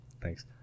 thanks